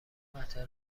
قطع